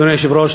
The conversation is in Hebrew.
אדוני היושב-ראש,